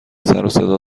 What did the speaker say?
سروصدا